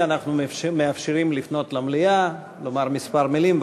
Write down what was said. אנחנו מאפשרים לפנות למליאה לומר כמה מילים.